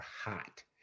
hot